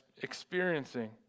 experiencing